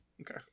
Okay